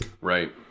Right